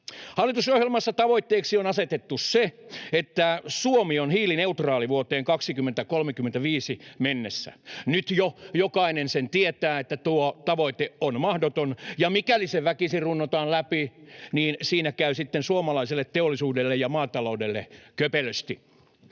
Hallitusohjelmassa tavoitteeksi on asetettu, että Suomi on hiilineutraali vuoteen 2035 mennessä. Nyt jo jokainen sen tietää, että tuo tavoite on mahdoton, ja mikäli se väkisin runnotaan läpi, niin siinä käy sitten suomalaiselle teollisuudelle ja maataloudelle köpelösti.